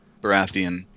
Baratheon